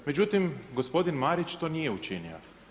Međutim, gospodin Marić to nije učinio.